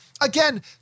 Again